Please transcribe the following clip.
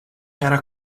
era